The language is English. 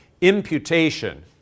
imputation